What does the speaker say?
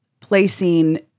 placing